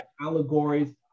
allegories